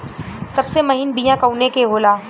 सबसे महीन बिया कवने के होला?